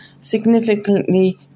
significantly